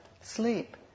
sleep